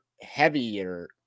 heavier